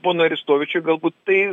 ponui aristovičiui galbūt tai